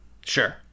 sure